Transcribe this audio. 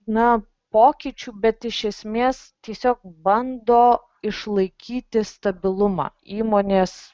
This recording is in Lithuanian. na pokyčių bet iš esmės tiesiog bando išlaikyti stabilumą įmonės